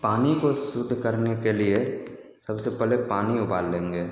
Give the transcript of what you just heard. पानी को शुद्ध करने के लिए सबसे पहले पानी उबालेंगे